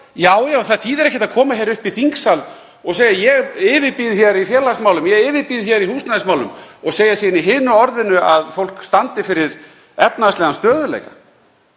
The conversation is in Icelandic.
Já, já. En það þýðir ekkert að koma hér upp í þingsal og segja: Ég yfirbýð í félagsmálum, ég yfirbýð í húsnæðismálum og segja síðan í hinu orðinu að fólk standi fyrir efnahagslegan stöðugleika.